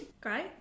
Great